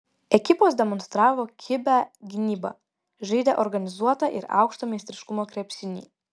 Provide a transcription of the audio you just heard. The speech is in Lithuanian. ekipos demonstravo kibią gynybą žaidė organizuotą ir aukšto meistriškumo krepšinį